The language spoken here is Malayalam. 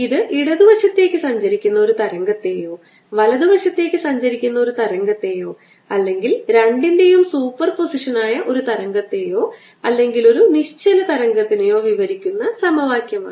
ഇത് ഇടതുവശത്തേക്ക് സഞ്ചരിക്കുന്ന ഒരു തരംഗത്തെയോ വലതുവശത്തേക്ക് സഞ്ചരിക്കുന്ന ഒരു തരംഗത്തെയോ അല്ലെങ്കിൽ രണ്ടിന്റേയും സൂപ്പർപോസിഷനായ ഒരു തരംഗത്തെയോ അല്ലെങ്കിൽ ഒരു നിശ്ചല തരംഗത്തിനെയോ വിവരിക്കുന്ന സമവാക്യമാണ്